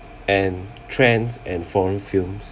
and trends and foreign films